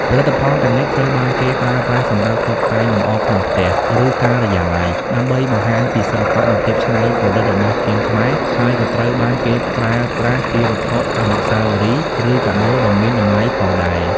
ផលិតផលទាំងនេះត្រូវបានគេប្រើប្រាស់សម្រាប់តុបតែងលម្អក្នុងផ្ទះ ឬការិយាល័យ ដើម្បីបង្ហាញពីសិល្បៈនិងភាពច្នៃប្រឌិតរបស់ជាងខ្មែរ ហើយក៏ត្រូវបានគេប្រើប្រាស់ជាវត្ថុអនុស្សាវរីយ៍ ឬកាដូដ៏មានតម្លៃផងដែរ។